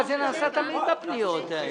אבל זה נעשה תמיד בפניות האלה.